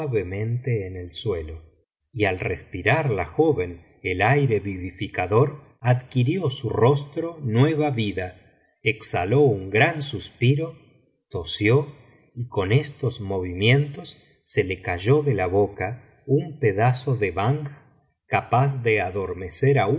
en el suelo y al respirar la joven el aire vivificador adquirió su rostro nueva vida exhaló un gran suspiro tosió y con estos movimientos se le cayó de la boca un pedazo de banj capaz de adormecer